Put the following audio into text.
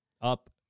up